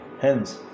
Hence